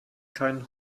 keinen